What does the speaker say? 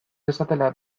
dezatela